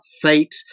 fate